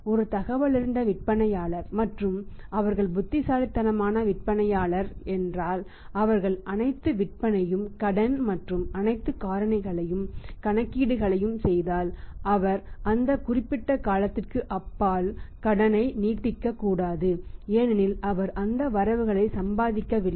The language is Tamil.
ஒரு தகவலறிந்த விற்பனையாளர் மற்றும் அவர்கள் புத்திசாலித்தனமான விற்பனையாளர் என்றால் அவர்கள் அனைத்து விற்பனையையும் கடன் மற்றும் அனைத்து காரணிகளையும் கணக்கீடுகளையும் செய்தால் அவர் அந்த குறிப்பிட்ட காலத்திற்கு அப்பால் கடனை நீட்டிக்கக்கூடாது ஏனெனில் அவர் அந்த வரவுகளை சம்பாதிக்கவில்லை